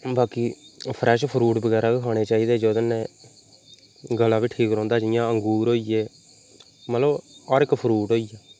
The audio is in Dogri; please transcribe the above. बाकी फ्रैश फरूट बगैरा गै खाने जोह्दे कन्नै गला बी ठीक रौंह्दा जियां अंगूर होई गे मतलब हर एक फरूट होई गेआ